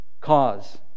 cause